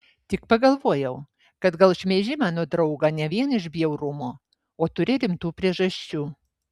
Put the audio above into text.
tik pagalvojau kad gal šmeiži mano draugą ne vien iš bjaurumo o turi rimtų priežasčių